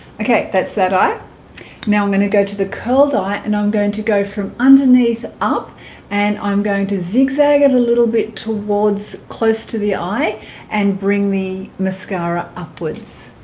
okay that's that i now i'm going to go to the curled ah eye and i'm going to go from underneath up and i'm going to zigzag it a little bit towards close to the eye and bring me mascara upwards